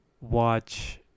watch